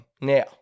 Now